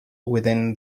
within